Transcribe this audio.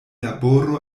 laboro